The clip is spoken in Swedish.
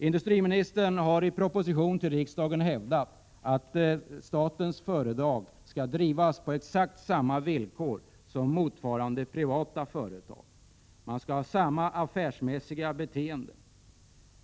Industriministern har i en proposition till riksdagen hävdat att statens företag skall drivas på exakt samma villkor som motsvarande privata företag. Man skall ha samma affärsmässiga beteende.